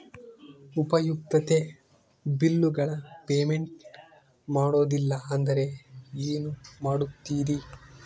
ಉಪಯುಕ್ತತೆ ಬಿಲ್ಲುಗಳ ಪೇಮೆಂಟ್ ಮಾಡಲಿಲ್ಲ ಅಂದರೆ ಏನು ಮಾಡುತ್ತೇರಿ?